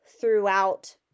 throughout